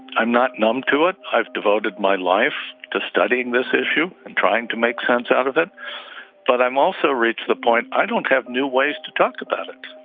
i'm not numb to it. i've devoted my life to studying this issue and trying to make sense out of it but i'm also reached the point i don't have new ways to talk about it